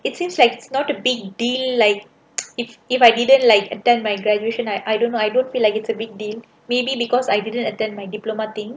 it seems like it's not a big deal like if if I didn't like attend my graduation I I don't know I don't feel like it's a big deal maybe because I didn't attend my diploma thing